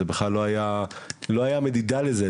לא היתה מדידה לזה.